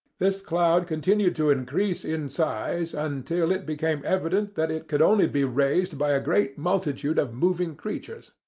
this cloud continued to increase in size until it became evident that it could only be raised by a great multitude of moving creatures.